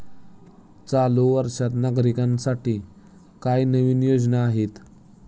चालू वर्षात नागरिकांसाठी काय नवीन योजना आहेत?